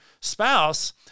spouse